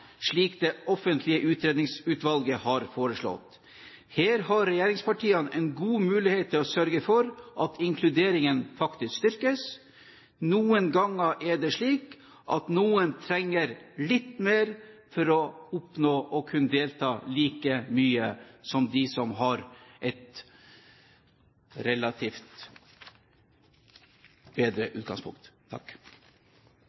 slik det offentlige utredningsutvalget har foreslått. Her har regjeringspartiene en god mulighet til å sørge for at inkluderingen faktisk styrkes. Noen ganger er det slik at noen trenger litt mer for å oppnå å kunne delta like mye som dem som har et relativt bedre